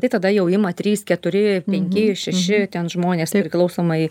tai tada jau ima trys keturi penki šeši ten žmonės priklausomai